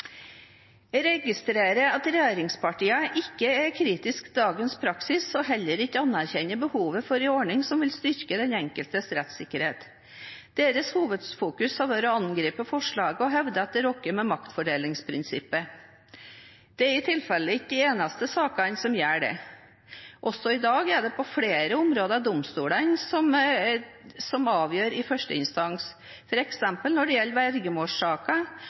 Jeg registrerer at regjeringspartiene ikke er kritiske til dagens praksis og heller ikke anerkjenner behovet for en ordning som vil styrke den enkeltes rettssikkerhet. Deres hovedfokus har vært å angripe forslaget og hevde at det rokker ved maktfordelingsprinsippet. Det er i tilfellet ikke de eneste sakene som gjør det. Også i dag er det på flere områder domstolene som avgjør i første instans, f.eks. når det gjelder vergemålssaker